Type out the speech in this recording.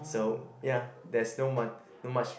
so ya there's no mon not much